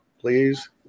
please